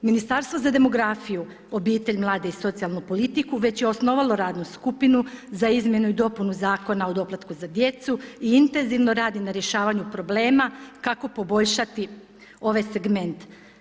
Ministarstvo za demografiju, obitelj, mlade i socijalnu politiku već je osnovalo radnu skupinu za izmjenu i dopunu Zakona o doplatku za djecu i intenzivno radi na rješavanju problema kako poboljšati ovaj segment.